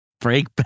break